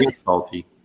salty